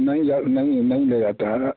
नहीं यार नहीं नहीं ले जाता है